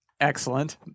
Excellent